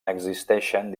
existeixen